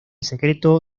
secreto